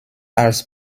als